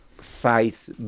size